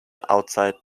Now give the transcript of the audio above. outside